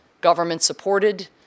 government-supported